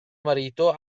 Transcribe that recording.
marito